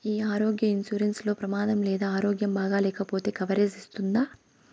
ఈ ఆరోగ్య ఇన్సూరెన్సు లో ప్రమాదం లేదా ఆరోగ్యం బాగాలేకపొతే కవరేజ్ ఇస్తుందా?